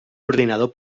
ordinador